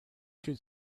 could